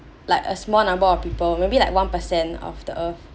like a small number of people maybe like one percent of the earth